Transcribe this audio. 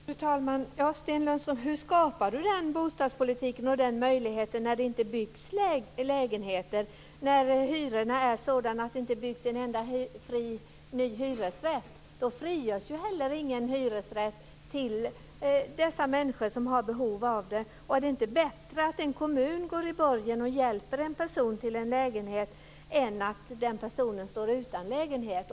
Fru talman! Sten Lundström, hur skapar du den bostadspolitiken och den möjligheten när det inte byggs lägenheter, när hyrorna är sådana att det inte byggs en enda ny hyresrätt? Då frigörs heller ingen hyresrätt till de människor som har behov av en sådan. Är det inte bättre att en kommun går i borgen och hjälper en person till en lägenhet än att den personen står utan lägenhet?